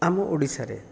ଆମ ଓଡ଼ିଶାରେ